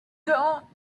girl